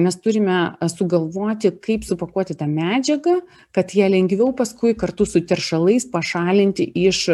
mes turime sugalvoti kaip supakuoti tą medžiagą kad ją lengviau paskui kartu su teršalais pašalinti iš